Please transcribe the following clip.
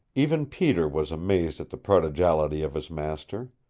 even peter was amazed at the prodigality of his master.